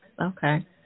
Okay